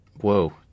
Whoa